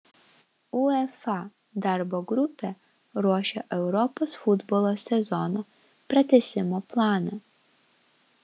uefa darbo grupė ruošia europos futbolo sezono pratęsimo planą